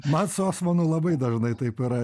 man su osmanu labai dažnai taip yra